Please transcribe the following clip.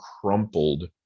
crumpled